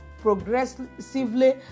progressively